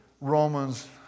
Romans